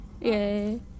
Yay